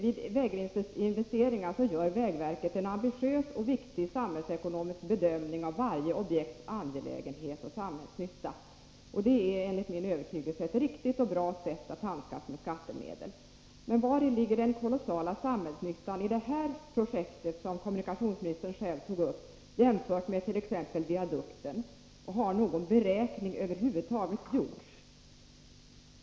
I samband med investeringar för vägar gör vägverket en ambitiös och viktig samhällsekonomisk bedömning av varje objekts angelägenhet och samhällsnytta. Jag är övertygad om att det är riktigt och bra att handskas med skattemedel på detta sätt. Men vari ligger den kolossala samhällsnyttan i fråga om det projekt som kommunikationsministern nu själv nämnde i jämförelse med t.ex. viadukten? Har någon beräkning över huvud taget gjorts?